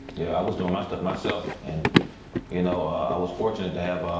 yeah i was doin' my stuff myself. and you know, i was fortunate to have